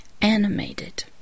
animated